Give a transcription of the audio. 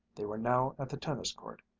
they were now at the tennis-court.